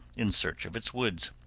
in search of its woods,